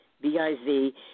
B-I-Z